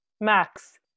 Max